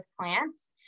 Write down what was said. plants